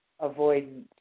Avoidant